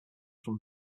from